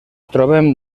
trobem